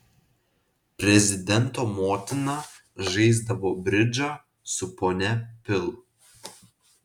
prezidento motina žaisdavo bridžą su ponia pil